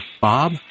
Bob